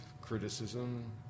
criticism